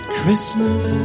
Christmas